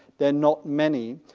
they're not many,